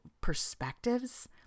perspectives